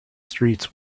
streets